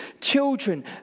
children